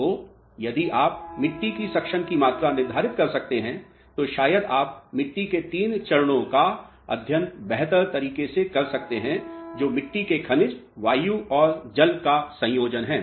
तो यदि आप मिट्टी की सक्शन की मात्रा निर्धारित कर सकते हैं तो शायद आप मिट्टी के तीन चरणों का अध्ययन बेहतर तरीके से कर सकते हैं जो मिट्टी के खनिज वायु और जल का संयोजन है